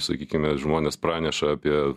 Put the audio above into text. sakykime žmonės praneša apie